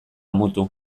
mutu